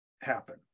happen